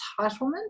entitlement